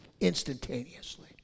instantaneously